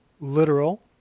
literal